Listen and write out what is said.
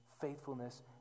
faithfulness